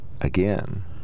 again